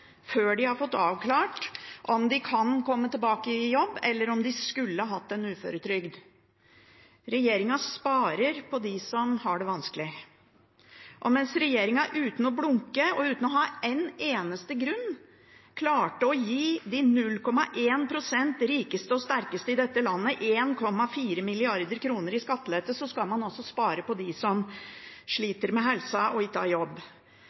før de har fått avklart om de kan komme tilbake i jobb, eller skulle hatt en uføretrygd. Regjeringen sparer på bekostning av dem som har det vanskelig. Mens regjeringen – uten å blunke og uten å ha en eneste grunn – klarte å gi de 0,1 pst. rikeste og sterkeste i dette landet 1,4 mrd. kr i skattelette, skal man altså spare på bekostning av dem som sliter med helsa og ikke har jobb.